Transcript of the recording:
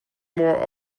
more